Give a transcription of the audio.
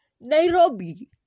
Nairobi